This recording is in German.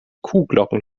kuhglocken